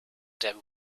dem